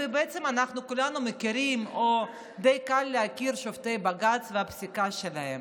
ובעצם אנחנו כולנו מכירים או די קל להכיר שופטי בג"ץ והפסיקה שלהם.